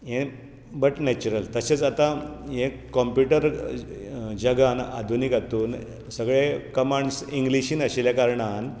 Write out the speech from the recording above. हे but natural तशेंच आता हे कॉंम्प्युटर जगांत आधुनीक हातूंत सगळें कमांड्स इंग्लिशींत आशिल्या कारणान